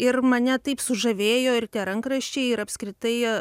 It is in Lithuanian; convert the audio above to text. ir mane taip sužavėjo ir tie rankraščiai ir apskritai